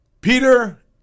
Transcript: Peter